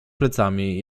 plecami